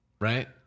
right